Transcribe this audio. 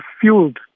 fueled